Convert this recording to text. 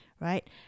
right